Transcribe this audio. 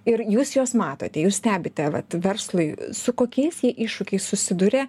ir jūs juos matote jūs stebite vat verslai su kokiais jie iššūkiais susiduria